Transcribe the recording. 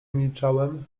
milczałem